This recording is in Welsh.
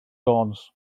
jones